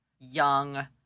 young